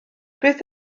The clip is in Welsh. beth